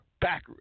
Back